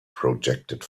projected